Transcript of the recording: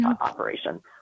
operation